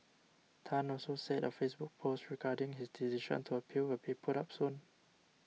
Tan also said a Facebook post regarding his decision to appeal will be put up soon